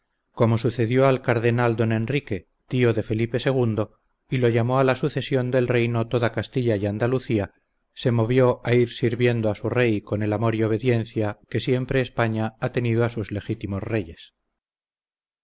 como sucedió al cardenal don enrique tío de felipe ii y lo llamó a la sucesión del reino toda castilla y andalucía se movió a ir sirviendo a su rey con el amor y obediencia que siempre españa ha tenido a sus legítimos reyes